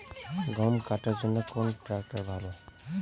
গম কাটার জন্যে কোন ট্র্যাক্টর ভালো?